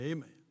Amen